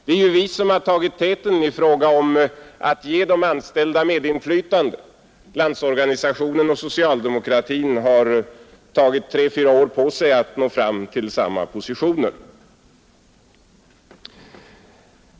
Det är ju vi som har tagit täten i fråga om att ge de anställda medinflytande. Landsorganisationen och socialdemokratin har tagit tre fyra år på sig att nå fram till samma positioner.